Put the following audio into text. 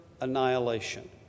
annihilation